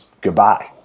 goodbye